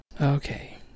Okay